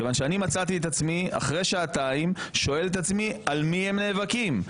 כיוון שאני מצאתי את עצמי אחרי שעתיים שואל את עצמי על מי הם נאבקים.